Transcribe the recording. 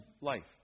life